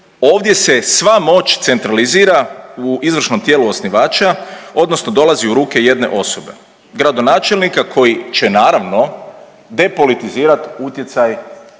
ovdje se sva moć centralizira u izvršnom tijelu osnivača odnosno dolazi u ruke jedne osobe, gradonačelnika koji će naravno depolitizirat utjecaj